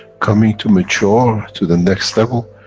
coming to mature to the next level,